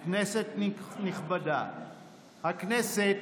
חבריי חברי הכנסת, כנסת נכבדה, הכנסת